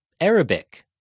Arabic